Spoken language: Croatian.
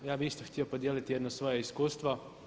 Ja bih isto htio podijeliti jedno svoje iskustvo.